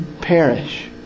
perish